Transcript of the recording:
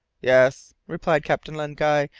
yes, replied captain len guy,